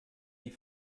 die